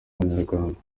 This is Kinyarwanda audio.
abanyarwanda